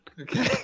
Okay